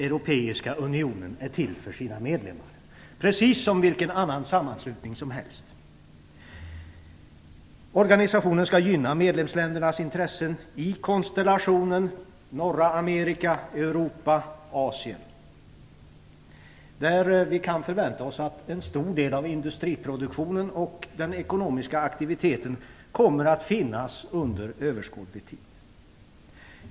Europeiska unionen är till för sina medlemmar, precis som vilken annan sammanslutning som helst. Organisationen skall gynna medlemsländernas intressen i konstellationen Nordamerika, Europa och Asien, där vi kan förvänta oss att en stor del av industriproduktionen och den ekonomiska aktiviteten kommer att finnas under överskådlig tid.